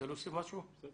תודה